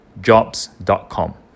jobs.com